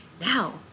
Now